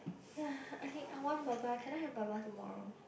ya I think I want Baba can I have Baba tomorrow